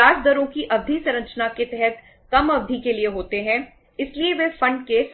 और हम कह रहे हैं कि चूंकि अल्पावधि फंड की